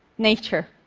nature.